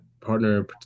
partner